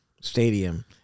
Stadium